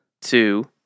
Two